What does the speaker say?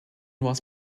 was